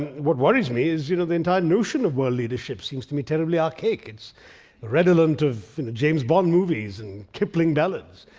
what worries me is you know the entire notion of world leadership seems to me terribly archaic. it's redolent of james bond movies and kipling ballads.